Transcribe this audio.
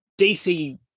dc